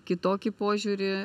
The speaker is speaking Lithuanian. kitokį požiūrį